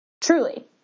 Truly